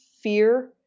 fear